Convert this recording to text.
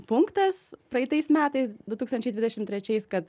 punktas praeitais metais du tūkstančiai dvidešim trečiais kad